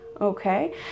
okay